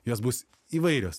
jos bus įvairios